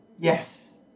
Yes